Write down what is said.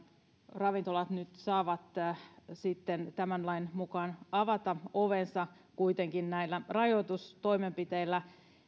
ravintolat nyt saavat tämän lain mukaan avata ovensa kuitenkin näillä rajoitustoimenpiteillä